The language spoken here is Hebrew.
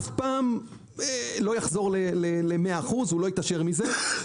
אף פעם לא יחזור למאה אחוז, לא יתעשר מזה.